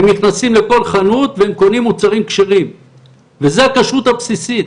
הם נכנסים לכל חנות והם קונים מוצרים כשרים וזו הכשרות הבסיסית.